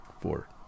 four